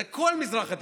זה כל המזרח התיכון.